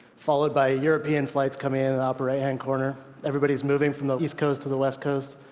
followed by european flights coming in the upper right-hand corner. everybody's moving from the east coast to the west coast.